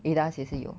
A DAS 也是有